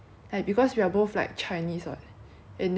you know like at that time 那些重病的都是